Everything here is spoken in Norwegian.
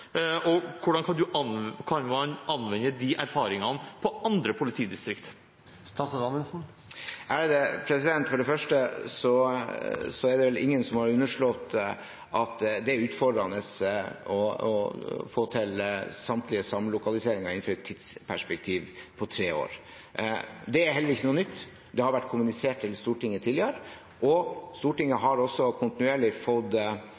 Og hvordan kan man anvende de erfaringene på andre politidistrikter? For det første er det vel ingen som har underslått at det er utfordrende å få til samtlige samlokaliseringer innenfor et tidsperspektiv på tre år. Det er heller ikke noe nytt, det har vært kommunisert til Stortinget tidligere. Stortinget har også kontinuerlig fått